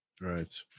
right